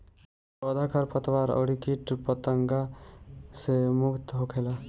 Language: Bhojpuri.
पौधा खरपतवार अउरी किट पतंगा से मुक्त होखेला